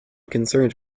concerned